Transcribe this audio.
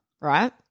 right